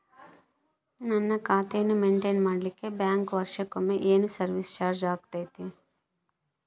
ನನ್ನ ಖಾತೆಯನ್ನು ಮೆಂಟೇನ್ ಮಾಡಿಲಿಕ್ಕೆ ಬ್ಯಾಂಕ್ ವರ್ಷಕೊಮ್ಮೆ ಏನು ಸರ್ವೇಸ್ ಚಾರ್ಜು ಹಾಕತೈತಿ?